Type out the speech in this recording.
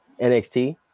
NXT